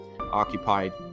occupied